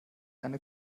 eine